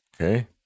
Okay